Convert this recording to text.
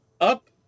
Up